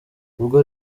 ubwo